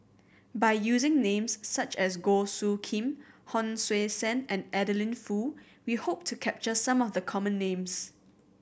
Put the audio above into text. by using names such as Goh Soo Khim Hon Sui Sen and Adeline Foo we hope to capture some of the common names